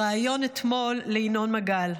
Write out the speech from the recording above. בריאיון אתמול לינון מגל: